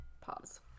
pause